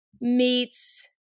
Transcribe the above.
meets